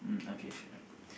mm okay sure